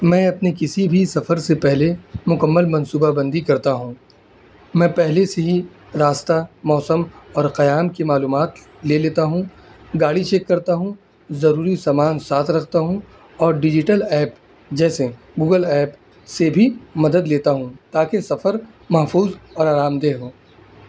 میں اپنے کسی بھی سفر سے پہلے مکمل منصوبہ بندی کرتا ہوں میں پہلے سے ہی راستہ موسم اور قیام کے معلومات لے لیتا ہوں گاڑی چیک کرتا ہوں ضروری سامان ساتھ رکھتا ہوں اور ڈیجیٹل ایپ جیسے گوگل ایپ سے بھی مدد لیتا ہوں تاکہ سفر محفوظ اور آرام دہ ہو